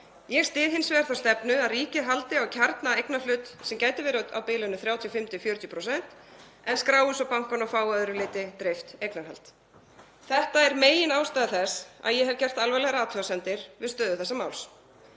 Ég styð hins vegar þá stefnu að ríkið haldi á kjarnaeignarhlut, sem gæti verið á bilinu 35–40%, en skrái svo bankann og fái að öðru leyti dreift eignarhald. Þetta er meginástæða þess að ég hef gert alvarlegar athugasemdir við stöðu þessa máls.